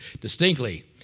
Distinctly